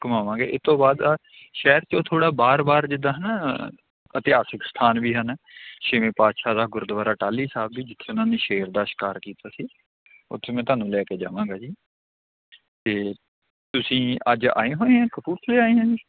ਘੁਮਾਵਾਂਗੇ ਇਸ ਤੋਂ ਬਾਅਦ ਸ਼ਹਿਰ 'ਚੋਂ ਥੋੜ੍ਹਾ ਬਾਹਰ ਬਾਹਰ ਜਿੱਦਾਂ ਹੈ ਨਾ ਇਤਿਹਾਸਿਕ ਸਥਾਨ ਵੀ ਹਨ ਛੇਵੇਂ ਪਾਤਸ਼ਾਹ ਦਾ ਗੁਰਦੁਆਰਾ ਟਾਹਲੀ ਸਾਹਿਬ ਵੀ ਜਿੱਥੇ ਉਨ੍ਹਾਂ ਨੇ ਸ਼ੇਰ ਦਾ ਸ਼ਿਕਾਰ ਕੀਤਾ ਸੀ ਉੱਥੇ ਮੈਂ ਤੁਹਾਨੂੰ ਲੈ ਕੇ ਜਾਵਾਂਗਾ ਜੀ ਅਤੇ ਤੁਸੀਂ ਅੱਜ ਆਏ ਹੋਏ ਆ ਕਪੂਰਥਲੇ ਆਏ ਆਂ